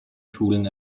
schulen